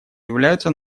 являются